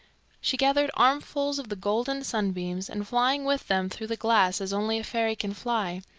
she gathered armfuls of the golden sunbeams, and flying with them through the glass as only a fairy can fly,